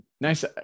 nice